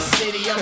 city